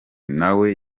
nawe